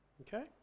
Okay